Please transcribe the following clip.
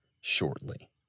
shortly